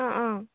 অ অ